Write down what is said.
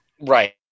Right